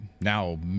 now